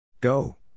Go